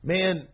Man